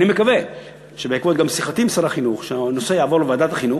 אך אני מקווה שבעקבות שיחתי עם שר החינוך הנושא יעבור לוועדת החינוך,